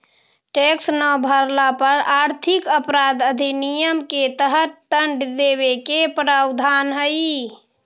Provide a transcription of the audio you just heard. tax न भरला पर आर्थिक अपराध अधिनियम के तहत दंड देवे के प्रावधान हई